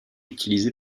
utilisée